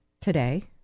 today